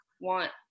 want